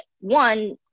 one-